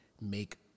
make